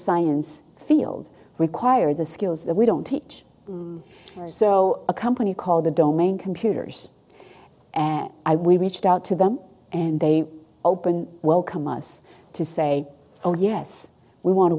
science field requires the skills that we don't teach so a company called the domain computers and i we reached out to them and they open welcome us to say oh yes we want to